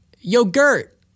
yogurt